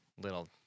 little